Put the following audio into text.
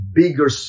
bigger